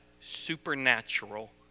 supernatural